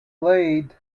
lathe